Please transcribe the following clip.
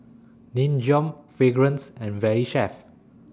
Nin Jiom Fragrance and Valley Chef